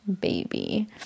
baby